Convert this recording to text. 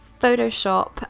Photoshop